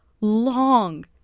long